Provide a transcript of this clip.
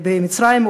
במצרים,